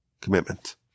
commitment